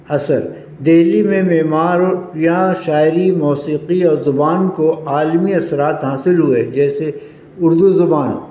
اثر دہلی میں معماریا شاعری موسیقی اور زبان کو عالمی اثرات حاصل ہوئے جیسے اردو زبان